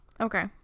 okay